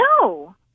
No